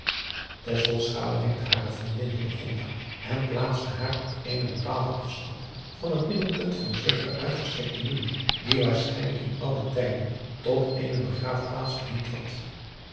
wenkte hare vriendin hillegonda en plaatste haar op eenen bepaalden adriaan loosjes pzn het leven van hillegonda buisman afstand van het middelpunt van zekeren uitgestrekten muur die waaschijnlijk in oude tijden tot eene begraafplaats gediend had